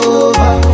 over